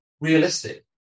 realistic